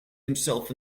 himself